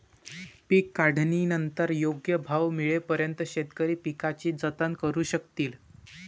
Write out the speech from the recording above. पीक काढणीनंतर योग्य भाव मिळेपर्यंत शेतकरी पिकाचे जतन करू शकतील